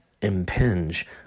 impinge